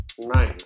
nine